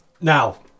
now